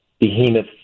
behemoth